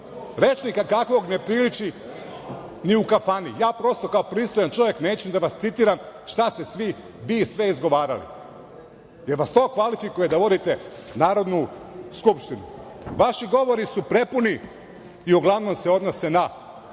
rečnika kakvog ne priliči ni u kafani. Prosto, kao pristojan čovek neću da vas citiram šta ste vi sve bili izgovarali. Da li vas to kvalifikuje da vodite Narodnu skupštinu? Vaši govori su prepuni i uglavnom se odnose na